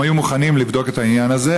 הם היו מוכנים לבדוק את העניין הזה,